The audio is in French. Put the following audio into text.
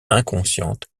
inconsciente